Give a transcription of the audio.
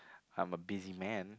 I'm a busy man